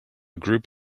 group